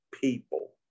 people